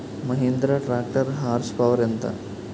Mahindra tractor horse power ఎంత?